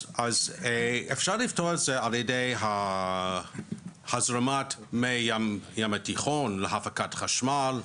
אז אפשר לפתור את זה על ידי הזרמת מי הים התיכון להפקת חשמל,